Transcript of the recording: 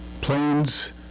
planes